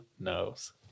knows